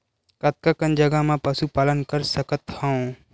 कतका कन जगह म पशु पालन कर सकत हव?